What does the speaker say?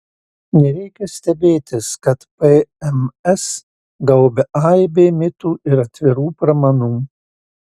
nereikia stebėtis kad pms gaubia aibė mitų ir atvirų pramanų